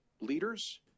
leaders